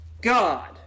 God